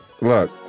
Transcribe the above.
Look